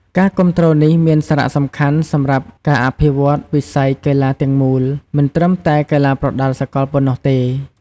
ការគាំទ្រនេះមានសារៈសំខាន់សម្រាប់ការអភិវឌ្ឍន៍វិស័យកីឡាទាំងមូល មិនត្រឹមតែកីឡាប្រដាល់សកលប៉ុណ្ណោះទេ។